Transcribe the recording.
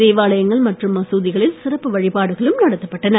தேவாலயங்கள் மற்றும் மசூதிகளில் சிறப்பு வழிபாடுகளும் நடத்தப்பட்டன